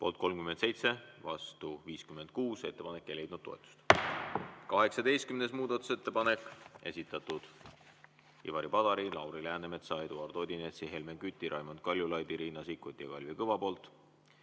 Poolt 37, vastu 56. Ettepanek ei leidnud toetust. 18. muudatusettepanek, esitanud Ivari Padar, Lauri Läänemets, Eduard Odinets, Helmen Kütt, Raimond Kaljulaid, Riina Sikkut ja Kalvi Kõva.